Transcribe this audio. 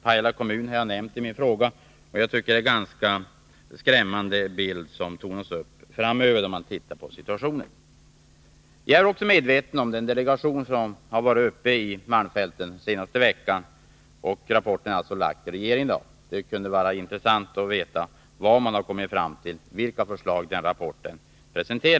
Pajala kommun har jag nämnt i min fråga, och jag tycker att det är en ganska skrämmande bild som tonar fram när man ser på situationen. Jag är också medveten om den delegation som varit uppe i malmfälten den senaste veckan. En rapport har avlämnats till regeringen i dag. Det kunde vara intressant att veta vad man kommit fram till — vilka förslag som presenteras i rapporten.